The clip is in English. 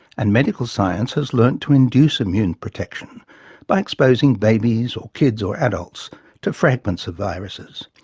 and, medical science has learnt to induce immune protection by exposing babies or kids or adults to fragments of viruses,